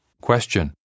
Question